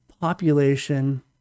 population